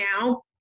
now